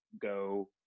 go